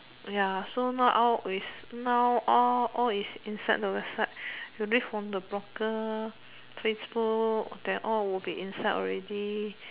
ya so now all is now all all is inside the website read from the blogger Facebook they all will be inside already